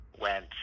went